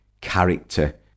character